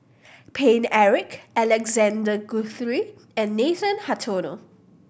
Paine Eric Alexander Guthrie and Nathan Hartono